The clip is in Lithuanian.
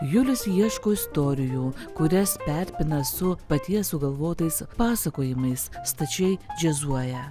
julius ieško istorijų kurias perpina su paties sugalvotais pasakojimais stačiai džiazuoja